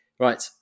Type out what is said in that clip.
Right